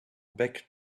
back